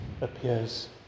appears